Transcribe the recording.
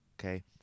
okay